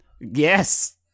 Yes